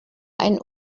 ein